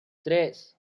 tres